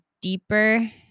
deeper